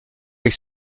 avec